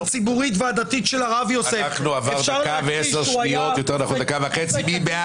הציבורית והדתית של הרב יוסף --- נצביע על הסתייגות